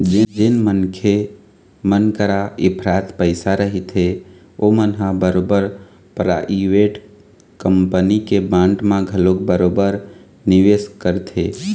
जेन मनखे मन करा इफरात पइसा रहिथे ओमन ह बरोबर पराइवेट कंपनी के बांड म घलोक बरोबर निवेस करथे